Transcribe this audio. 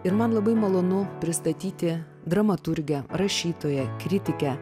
ir man labai malonu pristatyti dramaturgę rašytoją kritikę